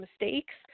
mistakes